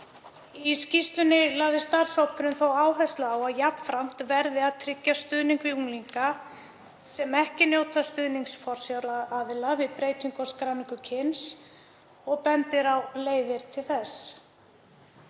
Í skýrslunni lagði starfshópurinn þó áherslu á að jafnframt yrði að tryggja stuðning við unglinga sem ekki nytu stuðnings forsjáraðila við breytingu á skráningu kyns og benti á leiðir til þess.